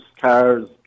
cars